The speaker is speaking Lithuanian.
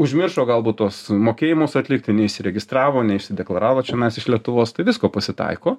užmiršo galbūt tuos mokėjimus atlikti neįsiregistravo neišsideklaravo čianais iš lietuvos tai visko pasitaiko